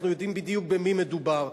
אנחנו יודעים בדיוק במי מדובר,